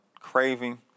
craving